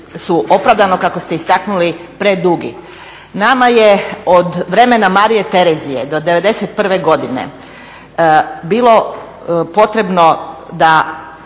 su opravdano kako ste istaknuli predugi. Nama je od vremena Marije Terezije do '91. godine bilo potrebno da